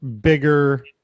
bigger